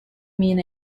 mean